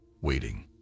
waiting